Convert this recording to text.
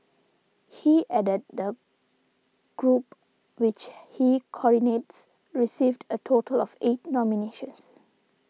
he added that the group which he coordinates received a total of eight nominations